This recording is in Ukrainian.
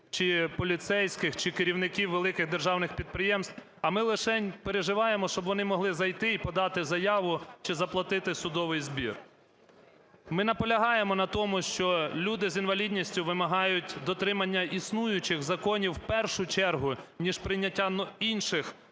чи поліцейських, чи керівників великих державних підприємств, а ми лишень переживаємо, щоб вони могли зайти, подати заяву чи заплатити судовий збір. Ми наполягаємо на тому, що люди з інвалідністю вимагають дотримання існуючих законів в першу чергу, ніж прийняття інших, які